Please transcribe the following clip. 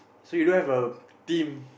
so you don't have a team